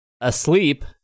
asleep